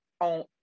on